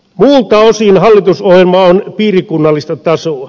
muilta osin hallitusohjelma on piirikunnallista tasoa